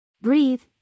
Breathe